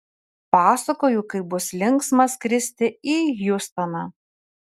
pasakoju kaip bus linksma skristi į hjustoną